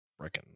Freaking